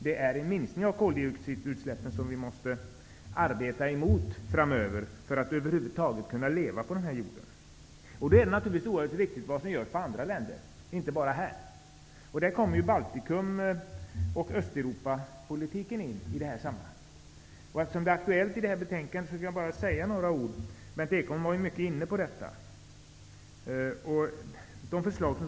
Det är en minskning av koldioxidutsläppen som vi måste arbeta för framöver för att över huvud taget kunna leva på den här jorden. Då är det naturligtvis oerhört viktigt vad som görs från andra länder och inte bara här. I det här sammanhanget kommer Baltikumoch Östeuropapolitiken in. Eftersom den frågan är aktuell i betänkandet vill jag bara säga några ord om den. Även Berndt Ekholm har varit inne på den frågan.